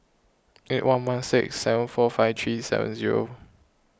eight one one six seven four five three seven zero